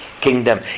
kingdom